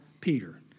Peter